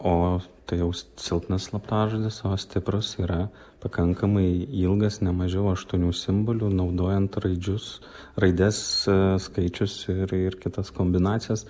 o tai jau silpnas slaptažodis o stiprus yra pakankamai ilgas ne mažiau aštuonių simbolių naudojant raidžius raides skaičius ir ir kitas kombinacijas